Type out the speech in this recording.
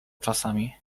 czasami